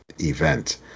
event